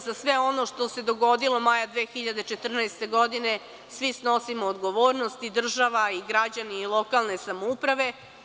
Za sve ono što se dogodilo maja 2014. godine svi snosimo odgovornost i država i građani i lokalne samouprave.